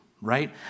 right